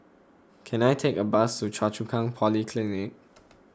can I take a bus to Choa Chu Kang Polyclinic